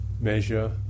measure